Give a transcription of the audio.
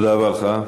תודה רבה לך.